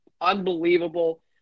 unbelievable